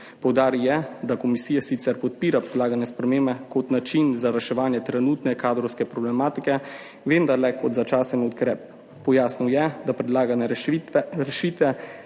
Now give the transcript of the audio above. Poudaril je, da komisija sicer podpira predlagane spremembe kot način za reševanje trenutne kadrovske problematike, vendar le kot začasen ukrep. Pojasnil je, da predlagane rešitve